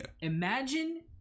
Imagine